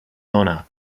honor